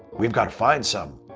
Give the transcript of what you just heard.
we've got to find some.